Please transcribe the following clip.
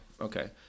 Okay